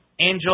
Angel